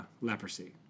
leprosy